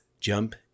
jump